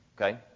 Okay